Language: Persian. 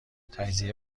تجزیه